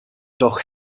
doch